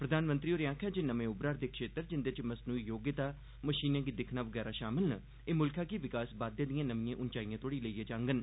प्रधानमंत्री होरें आक्खेआ जे नमें उमरा'रदे क्षेत्र जिंदे च मसनूई योग्यता मशीनें गी दिक्खना बगैरा शामल न एह् मुल्खा गी विकास बाद्वे दिए नमिए उंचाइए तोहड़ी लेई जांगन